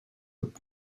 would